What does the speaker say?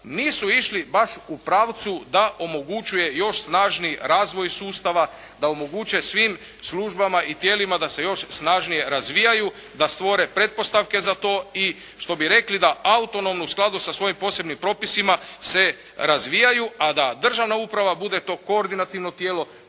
nisu išli baš u pravcu da omogućuje još snažniji razvoj sustava, da omogućuje svim službama i tijelima da se još snažnije razvijaju, da stvore pretpostavke za to i što bi rekli da autonomno u skladu sa svojim posebnim propisima se razvijaju, a da državna uprava bude to koordinativno tijelo